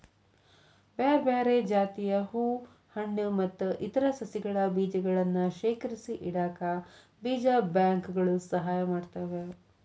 ಬ್ಯಾರ್ಬ್ಯಾರೇ ಜಾತಿಯ ಹೂ ಹಣ್ಣು ಮತ್ತ್ ಇತರ ಸಸಿಗಳ ಬೇಜಗಳನ್ನ ಶೇಖರಿಸಿಇಡಾಕ ಬೇಜ ಬ್ಯಾಂಕ್ ಗಳು ಸಹಾಯ ಮಾಡ್ತಾವ